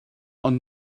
ond